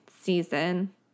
season